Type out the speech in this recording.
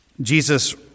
Jesus